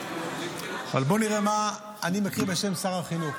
אני מקריא בשם שר החינוך.